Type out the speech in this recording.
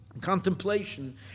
Contemplation